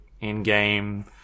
in-game